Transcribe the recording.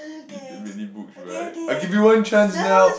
you didn't really books right I give you one chance now